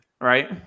right